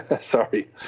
sorry